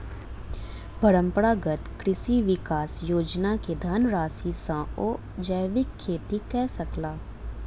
परंपरागत कृषि विकास योजना के धनराशि सॅ ओ जैविक खेती कय सकला